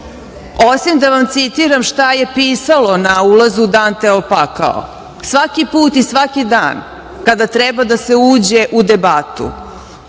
Osim da vam citiram šta je pisalo na ulazu Danteov pakao, - svaki put i svaki dan kada treba da se uđe u debatu,